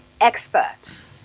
experts